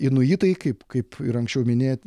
inuitai kaip kaip ir anksčiau minė